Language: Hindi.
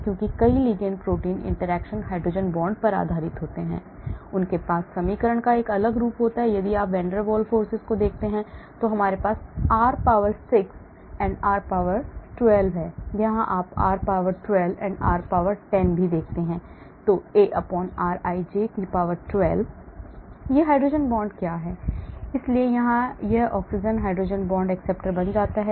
क्योंकि कई ligand protein interaction hydrogen bond पर आधारित होते हैं उनके पास समीकरण का एक अलग रूप होता है यदि आप van der Waal को देखते हैं तो हमारे पास r power 6 and r power 12 है यहां आप r power 12 and r power 10 देखते हैं Arij 12 ij EHbond Σ A rij12 Bij r 10 यह हाइड्रोजन बांड क्या है इसलिए यहाँ यह ऑक्सीजन हाइड्रोजन bond acceptor बन जाता है